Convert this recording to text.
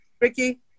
Ricky